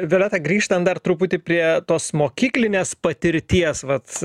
violeta grįžtant dar truputį prie tos mokyklinės patirties vat